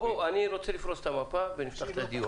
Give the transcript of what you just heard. אני רוצה לפרוש את המפה ונפתח את הדיון.